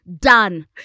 done